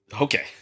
Okay